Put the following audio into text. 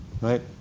right